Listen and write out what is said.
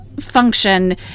function